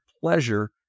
pleasure